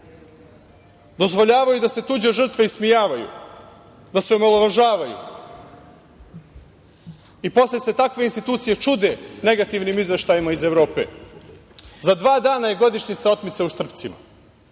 Dozvoljavaju da se tuđe žrtve ismejavaju, da se omalovažavaju i posle se takve institucije čude negativnim izveštajima iz Evrope.Za dva dana je godišnjica otmice u Štrpcima